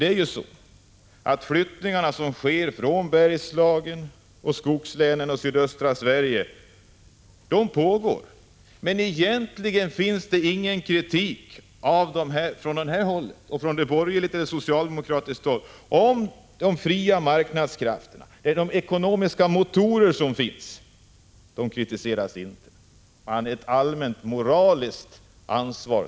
Det pågår ju en avflyttning från Bergslagen, skogslänen och sydöstra Sverige, men det förekommer egentligen ingen kritik mot den från borgerligt eller socialdemokratiskt håll. De fria marknadskrafterna, som är de bakomliggande ekonomiska motorerna, kritiseras inte. Man ålägger dem bara ett allmänt moraliskt ansvar.